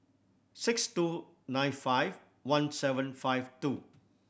six two nine five one seven five two